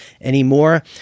anymore